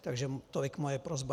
Takže tolik moje prosba.